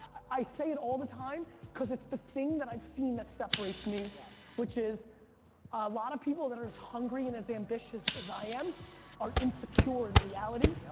i say it all the time cause it's the thing that i've seen that separates me which is ah lot of people that are as hungry and as ambitious as i am are insecure in reality. yep.